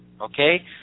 okay